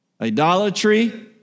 Idolatry